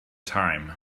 time